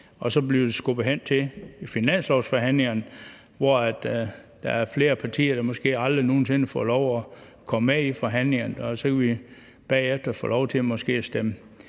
Så bliver det skubbet hen til finanslovsforhandlingerne, hvor der er flere partier, der måske aldrig nogen sinde får lov at komme med i forhandlingerne, og så kan vi bagefter måske få lov til at stemme